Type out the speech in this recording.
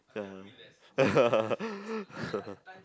ya